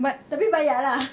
but tapi bayar lah